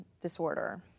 disorder